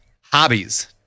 hobbies